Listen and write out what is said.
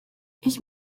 ich